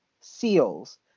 seals